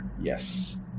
Yes